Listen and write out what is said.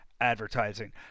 advertising